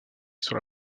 sur